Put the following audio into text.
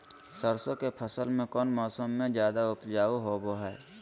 सरसों के फसल कौन मौसम में ज्यादा उपजाऊ होबो हय?